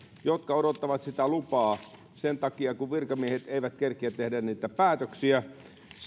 jotka odottavat lupaa sen takia kun virkamiehet eivät kerkeä tehdä niitä päätöksiä